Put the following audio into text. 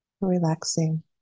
relaxing